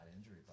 injury